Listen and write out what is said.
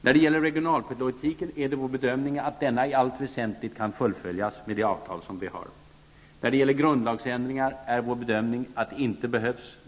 När det gäller regionalpolitiken är det vår bedömning att den i allt väsentligt skall kunna fullföljas med det avtal som vi har. Beträffande grundlagsändringar är det vår bedömning att sådana inte behövs.